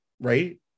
right